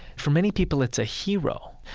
for many people, it's a hero.